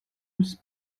els